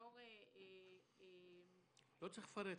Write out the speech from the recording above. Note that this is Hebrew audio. באזור --- לא צריך לפרט.